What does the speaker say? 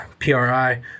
PRI